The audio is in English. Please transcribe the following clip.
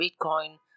Bitcoin